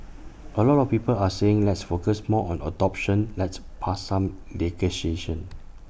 A lot of people are saying let's focus more on adoption let's pass some negotiation